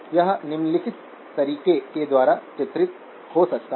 यह निम्नलिखित तरीके के द्वारा चित्रित हो सकता है